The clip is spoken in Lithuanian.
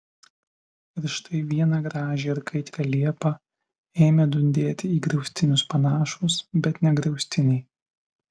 ir štai vieną gražią ir kaitrią liepą ėmė dundėti į griaustinius panašūs bet ne griaustiniai